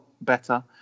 better